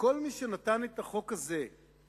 שכל מי שנתן את החוק הזה בידיהם